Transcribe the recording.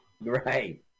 Right